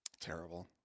Terrible